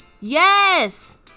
Yes